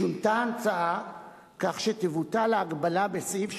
שונתה ההצעה כך שתבוטל ההגבלה בסעיף 8(ג)